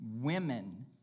Women